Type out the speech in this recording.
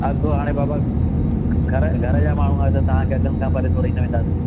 अघ हाणे बाबा घर घर जा माण्हू आहियो त तव्हांखे अचनि खां पहिरीं थोरी न वेंदासीं